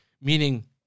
meaning